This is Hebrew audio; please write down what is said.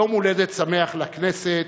יום הולדת שמח לכנסת,